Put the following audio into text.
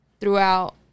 throughout